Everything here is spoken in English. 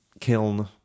kiln